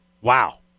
Wow